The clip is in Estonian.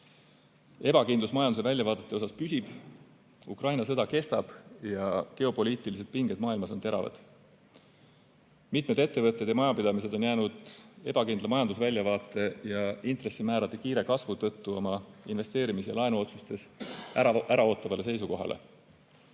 Ebakindlus majanduse väljavaadete osas püsib, Ukraina sõda kestab ja geopoliitilised pinged maailmas on teravad. Mitmed ettevõtted ja majapidamised on jäänud ebakindla majandusväljavaate ja intressimäärade kiire kasvu tõttu oma investeerimis- ja laenuotsustes äraootavale seisukohale.